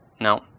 No